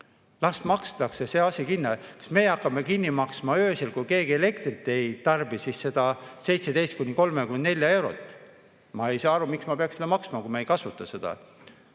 Las makstakse see asi kinni. Kas me hakkame kinni maksma öösel, kui keegi elektrit ei tarbi, seda 17–34 eurot? Ma ei saa aru, miks ma peaksin seda maksma, kui ma seda ei kasuta.